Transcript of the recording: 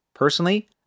Personally